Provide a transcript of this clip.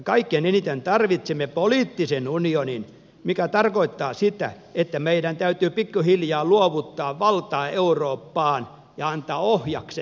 kaikkein eniten tarvitsemme poliittisen unionin mikä tarkoittaa sitä että meidän täytyy pikkuhiljaa luovuttaa valtaa eurooppaan ja antaa ohjakset euroopalle